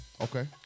okay